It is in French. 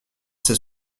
c’est